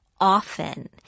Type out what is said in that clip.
often –